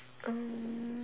um